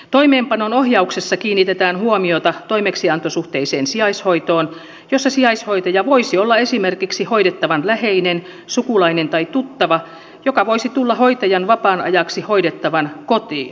toimeenpanon ohjauksessa kiinnitetään huomiota toimeksiantosuhteeseen sijaishoitoon jossa sijaishoitaja voisi olla esimerkiksi hoidettavan läheinen sukulainen tai tuttava joka voisi tulla hoitajan vapaan ajaksi hoidettavan kotiin